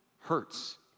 hurts